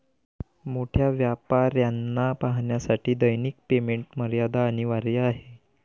मोठ्या व्यापाऱ्यांना पाहण्यासाठी दैनिक पेमेंट मर्यादा अनिवार्य आहे